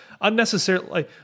unnecessarily